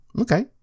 Okay